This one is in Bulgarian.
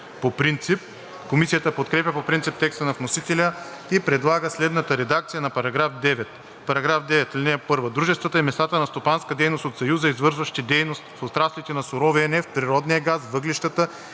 по принцип. Комисията подкрепя по принцип текста на вносителя и предлага следната редакция на § 9: „§ 9. (1) Дружествата и местата на стопанска дейност от Съюза, извършващи дейност в отраслите на суровия нефт, природния газ, въглищата